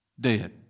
dead